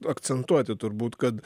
akcentuoti turbūt kad